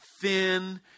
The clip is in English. thin